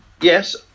Yes